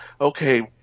okay